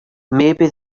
maybe